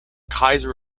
kaiser